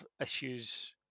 issues